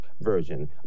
version